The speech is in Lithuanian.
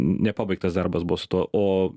nepabaigtas darbas buvo su tuo o